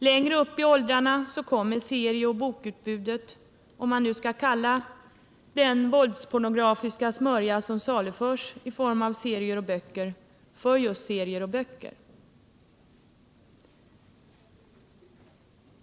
Längre upp i åldrarna kommer serieoch bokutbudet — om man nu skall kalla den våldspornografiska smörja, som saluförs i form av serier eller böcker, för just serier och böcker.